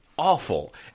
Awful